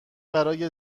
برای